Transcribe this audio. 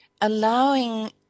allowing